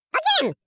again